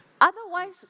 Otherwise